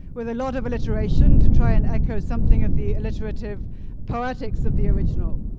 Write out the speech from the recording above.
with a lot of alliteration to try and echo something of the alliterative poetics of the original.